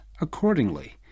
accordingly